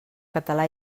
català